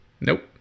Nope